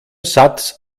satz